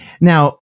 Now